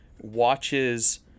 watches